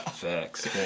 Facts